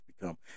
become